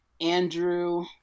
Andrew